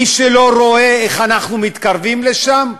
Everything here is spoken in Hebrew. מי שלא רואה איך אנחנו מתקרבים לשם,